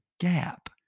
gap